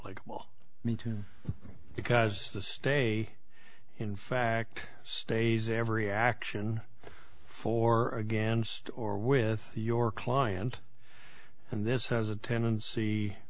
like well me too because the stay in fact stays every action for against or with your client and this has a tendency